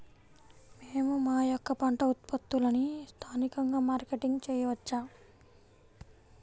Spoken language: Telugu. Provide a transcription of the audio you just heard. మేము మా యొక్క పంట ఉత్పత్తులని స్థానికంగా మార్కెటింగ్ చేయవచ్చా?